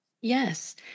Yes